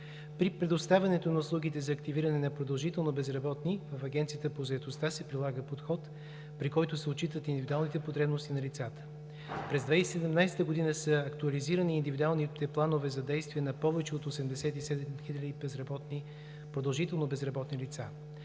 При предоставянето на услугите за активиране на продължително безработни в Агенцията по заетостта се прилага подход, при който се отчитат индивидуалните потребности на лицата. През 2017 г. са актуализирани индивидуалните планове за действие на повече от 87 хиляди продължително безработни лица.